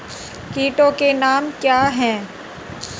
कीटों के नाम क्या हैं?